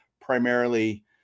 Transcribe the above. primarily